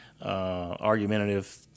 Argumentative